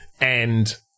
And-